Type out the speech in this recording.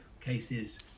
cases